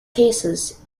cases